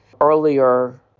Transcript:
earlier